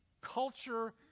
culture